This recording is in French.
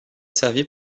servi